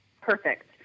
perfect